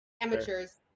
amateurs